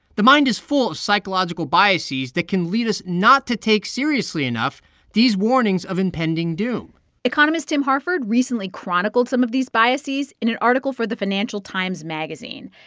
the mind is full of psychological biases that can lead us not to take seriously enough these warnings of impending doom economist tim harford recently chronicled some of these biases in an article for the financial times magazine.